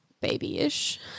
babyish